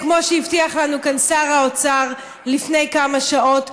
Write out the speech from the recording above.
אני מקווה שכמו שהבטיח לנו כאן שר האוצר לפני כמה שעות,